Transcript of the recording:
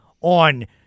on